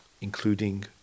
including